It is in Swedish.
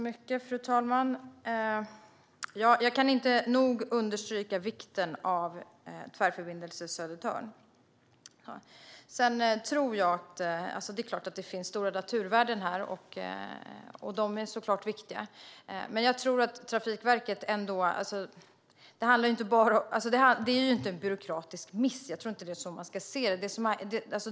Fru talman! Jag kan inte nog understryka vikten av Tvärförbindelse Södertörn. Det är klart att det finns stora naturvärden här, och de är såklart viktiga. Men det är inte en byråkratisk miss. Det är inte så man ska se det.